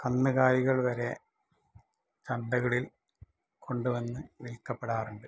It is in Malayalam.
കന്നുകാലികൾ വരെ ചന്തകളിൽ കൊണ്ട് വന്ന് വിൽക്കപ്പെടാറുണ്ട്